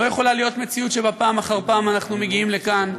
לא יכולה להיות מציאות שבה פעם אחר פעם אנחנו מגיעים לכאן,